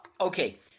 okay